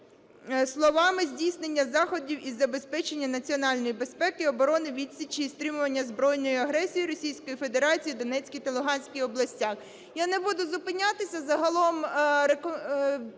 Я не буду зупинятися, загалом